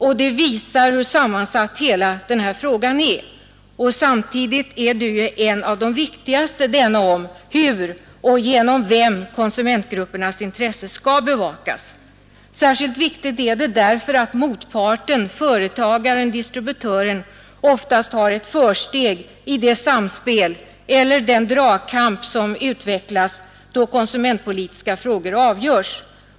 Och det visar hur sammansatt hela denna fråga är, samtidigt som det är en av de viktigaste: Hur och genom vem skall konsumentgruppernas intressen bevakas? Samtidigt är den speciellt viktig därför att motparten-företagarendistributören oftast har ett försteg i det samspel eller den dragkamp som utvecklas då konsumentpolitiska frågor avgörs.